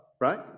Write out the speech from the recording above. right